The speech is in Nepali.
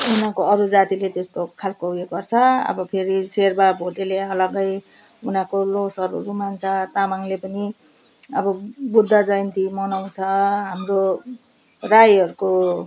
उनीहरूको अरू जातिले त्यस्तो खालको उयो गर्छ अब फेरि सेर्पा भोटेले अलगै उनीहरूको लोसारहरू मान्छ तामाङले पनि अब बुद्ध जयन्ती मनाउँछ हाम्रो राईहरूको